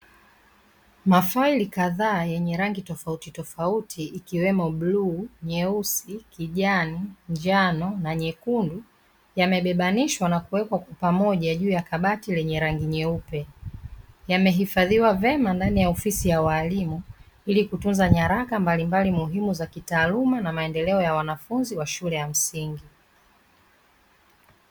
Mafaili kadhaa yenye rangi tofautitofauti ikiwemo bluu, nyeusi, kijani, njano na nyekundu yamebebanishwa nakuwekwa kwa pamoja juu ya kabati lenye rangi nyeupe, yamehifadhiwa vyema ndani ya ofisi ya walimu ili kutunza nyaraka mbalimbali za kitaaluma na maendeleo ya wanafunzi wa shule ya msingi.